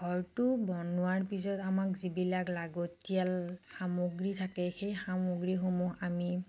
ঘৰটো বনোৱাৰ পিছত আমাক যিবিলাক লাগতিয়াল সামগ্ৰী থাকে সেই সামগ্ৰীসমূহ আমি